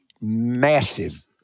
massive